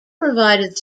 provided